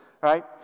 right